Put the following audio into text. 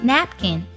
Napkin